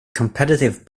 competitive